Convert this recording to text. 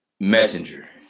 Messenger